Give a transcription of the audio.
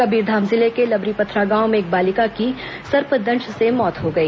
कबीरधाम जिले के लबरी पथरा गांव में एक बालिका की सर्पदंश से मौत हो गई